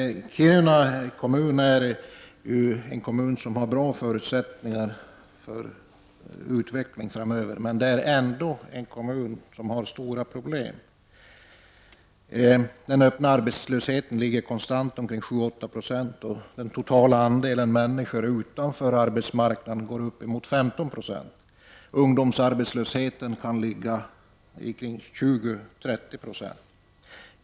Kiruna kommun är en kommun som har bra förutsättningar för utveckling, men det är ändå en kommun som har stora problem. Den öppna arbets lösheten ligger konstant omkring 7—8 96, och den totala andelen människor utanför arbetsmarknaden går upp mot 15 96. Ungdomsarbetslösheten kan ligga omkring 20-30 26.